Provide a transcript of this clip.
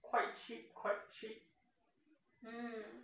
quite cheap quite cheap